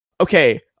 okay